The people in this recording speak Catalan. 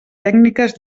tècniques